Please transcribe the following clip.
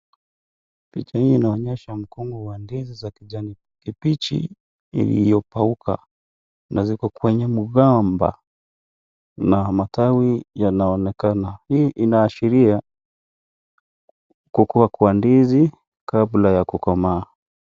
Picha hii inaonyesha mkono wa ndizi za kijani kibichi iliyopauka na ziko kwenye mgamba na matawi yanaonekana, hii inaashiria kukua kwa ndizi kabla ya kukomaa.